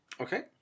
Okay